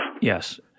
Yes